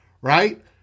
Right